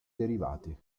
derivati